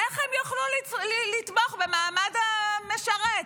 איך הם יוכלו לתמוך במעמד המשרת?